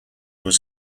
was